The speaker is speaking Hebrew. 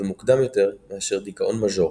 ומוקדם יותר מאשר דיכאון מז'ורי.